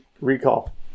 recall